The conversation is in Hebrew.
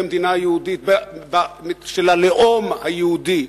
כמדינה יהודית של הלאום היהודי,